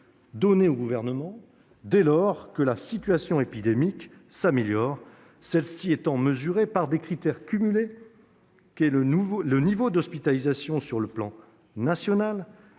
au Gouvernement, dès lors que la situation épidémique s'améliore, celle-ci étant mesurée par des critères cumulés- le niveau d'hospitalisations à l'échelon national,